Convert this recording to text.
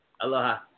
Aloha